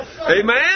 Amen